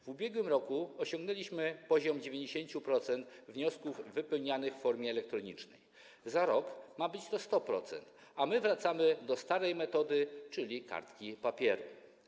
W ubiegłym roku osiągnęliśmy poziom 90% wniosków wypełnianych w formie elektronicznej, za rok ma być to 100%, a my wracamy do starej metody, czyli kartki papieru.